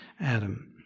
Adam